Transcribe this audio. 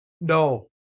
No